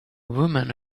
woman